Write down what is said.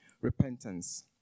repentance